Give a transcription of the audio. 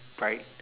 bright